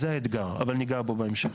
זה האתגר אבל ניגע בו בהמשך.